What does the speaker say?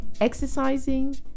Exercising